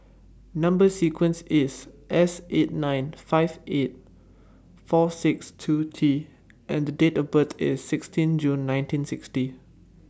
Number sequences IS S eight nine five eight four six two T and The Date of birth IS sixteen June nineteen sixty